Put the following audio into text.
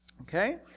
Okay